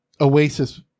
oasis